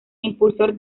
impulsor